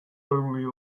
only